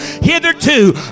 hitherto